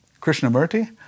Krishnamurti